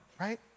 right